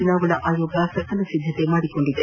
ಚುನಾವಣಾ ಆಯೋಗ ಸಕಲ ಸಿದ್ದತೆ ಮಾಡಿಕೊಂಡಿದೆ